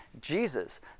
jesus